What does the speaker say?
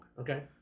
Okay